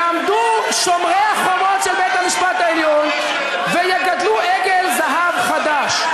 יעמדו שומרי החומות של בית-המשפט העליון ויגדלו עגל זהב חדש,